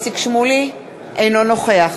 אינו נוכח